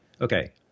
Okay